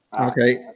Okay